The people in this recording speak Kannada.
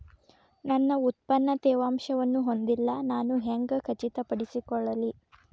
ನನ್ನ ಉತ್ಪನ್ನ ತೇವಾಂಶವನ್ನು ಹೊಂದಿಲ್ಲಾ ನಾನು ಹೆಂಗ್ ಖಚಿತಪಡಿಸಿಕೊಳ್ಳಲಿ?